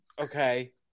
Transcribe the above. Okay